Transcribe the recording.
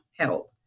help